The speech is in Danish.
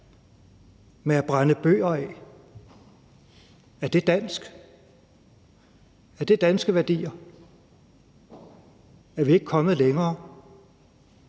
Men at brænde bøger af – er det dansk? Er det danske værdier? Er vi ikke kommet længere?